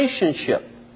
relationship